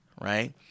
Right